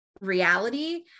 reality